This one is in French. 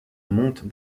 monte